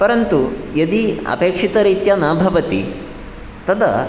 परन्तु यदि अपेक्षितरीत्या न भवति तदा